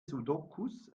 sudokus